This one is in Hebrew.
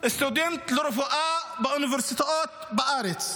סטודנט לרפואה בארץ,